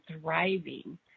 thriving